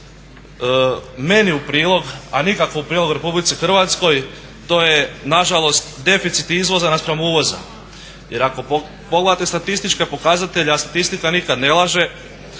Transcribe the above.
meni u prilog a nikako u prilog RH, to je nažalost deficit izvoza naspram uvoza. Jer ako pogledate statističke pokazatelje, a statistika nikad ne laže,